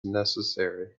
necessary